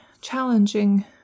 challenging